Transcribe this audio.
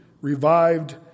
revived